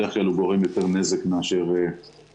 בדרך כלל הוא גורם יותר נזק מאשר תועלת.